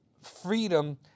freedom